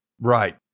Right